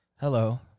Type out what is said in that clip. hello